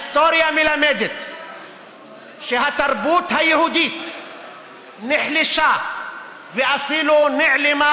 שהתרבות היהודית נחלשה ואפילו נעלמה